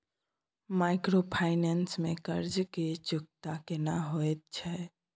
Microfinance में कर्ज के चुकता केना होयत छै?